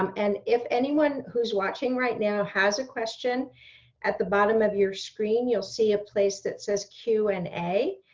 um and if anyone who's watching right now has a question at the bottom of your screen, you'll see a place that says q and a.